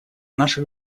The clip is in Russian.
наше